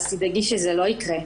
אז תדאגי שזה לא יקרה,